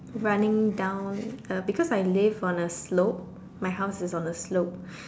running down uh because I live on a slope my house is on a slope